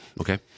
Okay